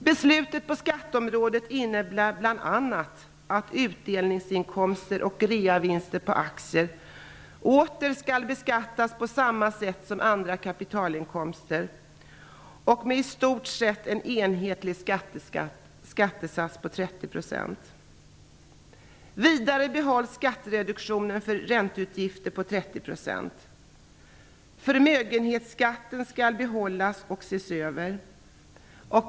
Beslutet på skatteområdet innebär bl.a. att utdelningsinkomster och reavinster på aktier åter skall beskattas på samma sätt som andra kapitalinkomster och med en i stort sett enhetlig skattesats på 30 %. 30 %. Förmögenhetsskatten skall behållas och ses över.